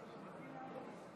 עוברים להצעת